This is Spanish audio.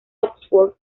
oxford